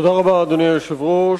תודה רבה, אדוני היושב-ראש.